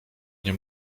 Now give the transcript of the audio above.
nie